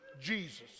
Jesus